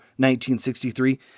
1963